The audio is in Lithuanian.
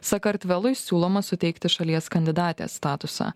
sakartvelui siūloma suteikti šalies kandidatės statusą